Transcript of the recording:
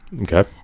okay